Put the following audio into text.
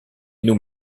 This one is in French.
nous